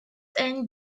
and